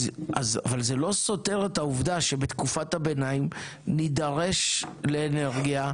אבל זה לא סותר את העובדה שבתקופת הביניים נידרש לאנרגיה.